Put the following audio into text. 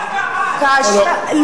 דווקא את, מכולם.